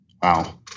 Wow